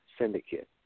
syndicate